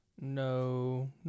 no